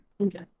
okay